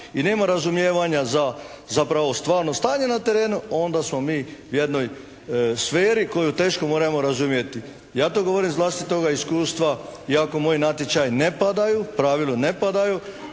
i nema razumijevanja za zapravo stvarno stanje na terenu, onda smo mi u jednoj sferi koju teško možemo razumjeti. Ja to govorim iz vlastitoga iskustva, iako moji natječaju ne padaju, u pravilu ne padaju,